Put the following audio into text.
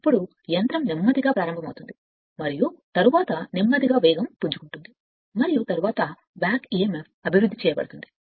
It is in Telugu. అప్పుడు యంత్రం నెమ్మదిగా ప్రారంభమవుతుంది మరియు తరువాత నెమ్మదిగా వేగం పుంజుకుంటుంది మరియు తరువాత emf అభివృద్ధి చేయబడుతుంది